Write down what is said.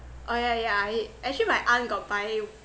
oh yeah yeah I actually my aunt got buy